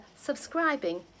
subscribing